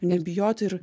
nebijoti ir